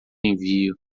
envio